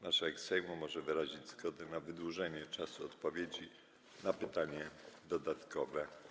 Marszałek Sejmu może wyrazić zgodę na wydłużenie czasu odpowiedzi na pytanie dodatkowe.